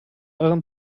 euren